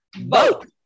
Vote